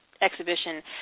exhibition